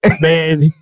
man